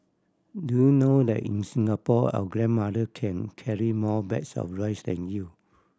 do you know that in Singapore our grandmother can carry more bags of rice than you